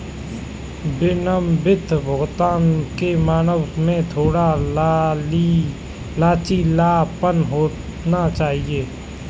विलंबित भुगतान के मानक में थोड़ा लचीलापन होना चाहिए